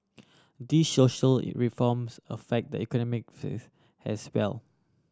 these social reforms affect the economic face as well